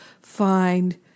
find